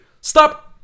Stop